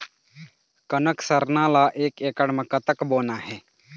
कनक सरना ला एक एकड़ म कतक बोना हे?